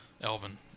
Elvin